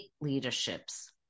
leaderships